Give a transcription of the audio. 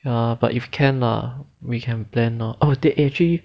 ya but if can lah we can plan lor oh they actually